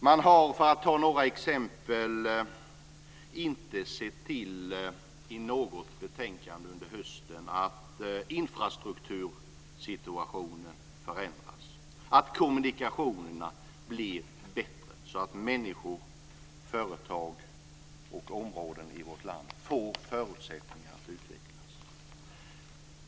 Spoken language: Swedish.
Man har, för att ta några exempel, inte i något betänkande under hösten sett till att infrastruktursituationen förändras, att kommunikationerna blir bättre, så att människor, företag och områden i vårt land får förutsättningar att utvecklas.